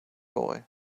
boy